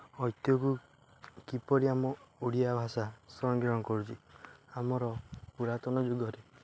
ଐତିହକୁ କିପରି ଆମ ଓଡ଼ିଆ ଭାଷା ସଂଗ୍ରହଣ କରୁଛି ଆମର ପୁରାତନ ଯୁଗରେ